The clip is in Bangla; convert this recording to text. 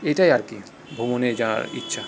এটাই আর কি ভ্রমণে যাওয়ার ইচ্ছা